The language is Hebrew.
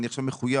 אני עכשיו מחויב.